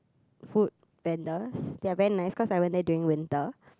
food vendors they're very nice cause I went there during winter